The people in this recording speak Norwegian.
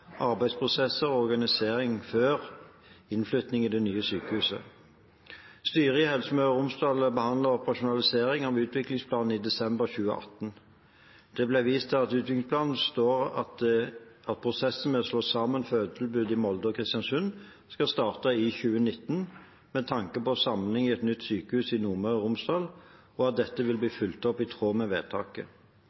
arbeidsprosesser og organisering før innflytting i det nye sykehuset. Styret i Helse Møre og Romsdal behandlet operasjonalisering av utviklingsplanen i desember 2018. Det ble vist til at det i utviklingsplanen står at prosessen med å slå sammen fødetilbudet i Molde og Kristiansund skal starte i 2019 med tanke på samling i et nytt sykehus i Nordmøre og Romsdal, og at dette vil bli fulgt opp i tråd med vedtaket.